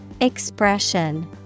Expression